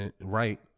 right